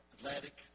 Atlantic